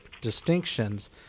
distinctions